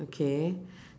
okay